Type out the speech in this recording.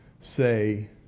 say